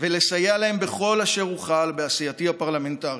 ולסייע להם בכל אשר אוכל בעשייתי הפרלמנטרית.